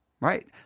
right